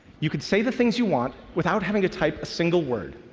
you can say the things you want without having to type a single word.